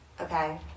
Okay